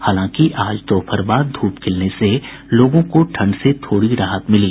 हालांकि आज दोपहर बाद ध्रप खिलने से ठंड से थोड़ी राहत मिली